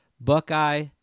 Buckeye